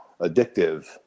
addictive